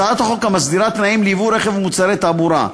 הצעת החוק מסדירה תנאים לייבוא רכב ומוצרי תעבורה.